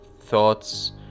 thoughts